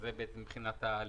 זה בעצם מבחינת ההליך.